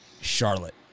Charlotte